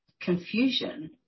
confusion